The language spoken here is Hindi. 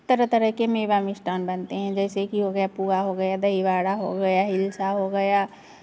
तरह तरह के मेवा मिष्ठान्न बनते हैं जैसे की हो गया पुआ हो गया दहीवड़ा हो गया हिलसा हो गया